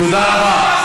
תודה רבה.